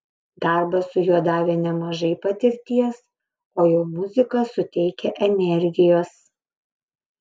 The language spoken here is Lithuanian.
darbas su juo davė nemažai patirties o jo muzika suteikia energijos